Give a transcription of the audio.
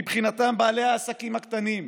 מבחינתם בעלי העסקים הקטנים,